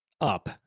up